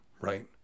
right